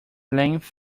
length